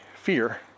fear